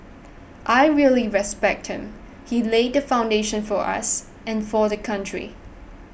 I really respect him he laid foundation for us and for the country